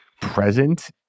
present